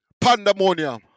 Pandemonium